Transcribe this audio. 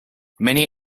many